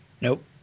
Nope